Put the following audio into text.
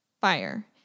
fire